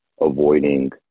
avoiding